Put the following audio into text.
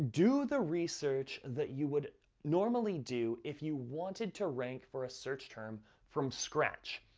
do the research that you would normally do if you wanted to rank for a search term, from scratch.